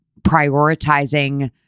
prioritizing